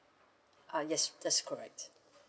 ah yes that's correct